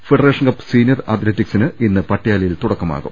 federation cup senior അത്ലറ്റിക്സിന് ഇന്ന് പട്യാലയിൽ തുടക്കമാകും